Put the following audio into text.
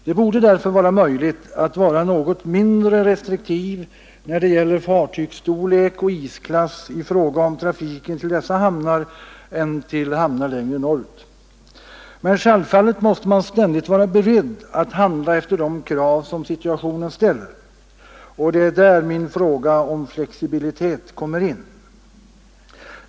Det borde därför vara möjligt att vara något mindre restriktiv när det gäller fartygsstorlek och isklass i fråga om trafiken till dessa hamnar än till hamnar längre norr ut. Men självfallet måste man ständigt vara beredd att handla efter de krav som situationen ställer och det är där min fråga om flexibilitet kommer in.